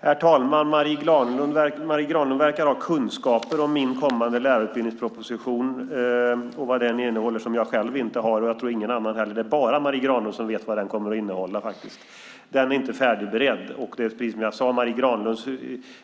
Herr talman! Marie Granlund verkar ha kunskaper om min kommande lärarutbildningsproposition och vad den innehåller, som jag själv inte har och jag tror ingen annan heller. Det är bara Marie Granlund som vet vad den kommer att innehålla. Den är inte färdigberedd.